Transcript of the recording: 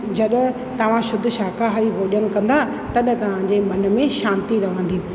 जॾहिं तव्हां शुध्द शाकाहारी भोॼनु कंदा तॾहिं तव्हांजे मन में शांति रहंदी